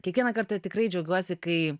kiekvieną kartą tikrai džiaugiuosi kai